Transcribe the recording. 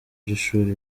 by’ishuri